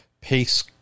pace